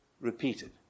repeated